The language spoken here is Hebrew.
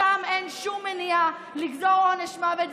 שם אין שום מניעה לגזור עונש מוות,